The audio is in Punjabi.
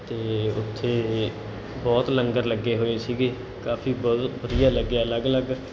ਅਤੇ ਉੱਥੇ ਬਹੁਤ ਲੰਗਰ ਲੱਗੇ ਹੋਏ ਸੀਗੇ ਕਾਫੀ ਬਹੁਤ ਵਧੀਆ ਲੱਗਿਆ ਅਲੱਗ ਅਲੱਗ